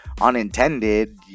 unintended